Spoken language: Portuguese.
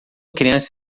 criança